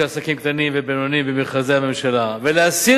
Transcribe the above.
עסקים קטנים ובינוניים במכרזי הממשלה ולהסיר